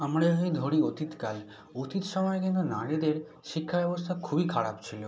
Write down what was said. আমরা ধরি অতীত কাল অতীত সময়ে কিন্তু নারীদের শিক্ষা ব্যবস্থা খুবই খারাপ ছিল